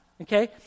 okay